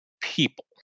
people